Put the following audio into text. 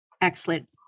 excellent